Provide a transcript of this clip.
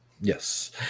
Yes